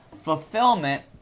Fulfillment